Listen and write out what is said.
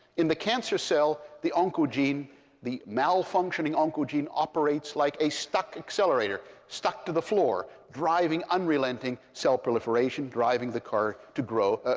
in the cancer cell, the oncogene the malfunctioning oncogene operates like a stuck accelerator, stuck to the floor driving unrelenting cell proliferation, driving the car to grow,